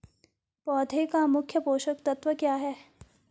पौधें का मुख्य पोषक तत्व क्या है?